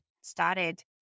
started